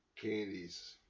Candies